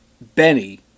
Benny